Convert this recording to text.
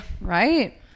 Right